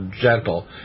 gentle